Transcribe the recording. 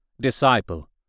disciple